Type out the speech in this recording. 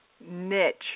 niche